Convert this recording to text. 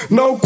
no